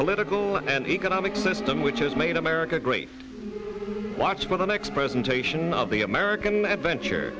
political and economic system which has made america great watch for the next presentation of the american adventure